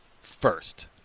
first